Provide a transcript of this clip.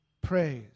praise